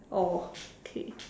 oh K